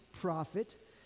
prophet